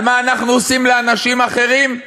על מה אנחנו עושים לאנשים אחרים?